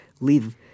leave